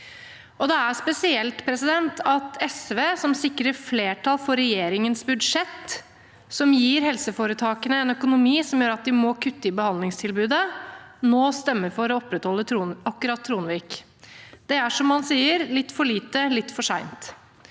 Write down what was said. Det er spesielt at SV, som sikrer flertall for regjeringens budsjett, som gir helseforetakene en økonomi som gjør at de må kutte i behandlingstilbudet, nå stemmer for å opprettholde akkurat Tronvik. Det er som man sier: litt for lite litt for sent.